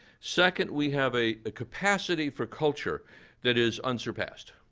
second, we have a ah capacity for culture that is unsurpassed.